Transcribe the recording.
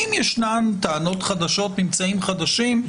אם ישנן טענות חדשות או ממצאים חדשים,